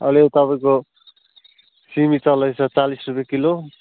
अहिले तपाईँको सिमी चल्दैछ चालिस रुपियाँ किलो